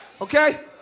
Okay